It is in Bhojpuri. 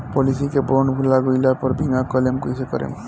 पॉलिसी के बॉन्ड भुला गैला पर बीमा क्लेम कईसे करम?